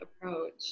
approach